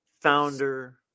founder